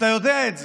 ואתה יודע את זה.